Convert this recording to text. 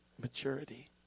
maturity